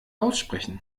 aussprechen